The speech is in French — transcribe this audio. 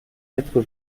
quatre